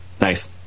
nice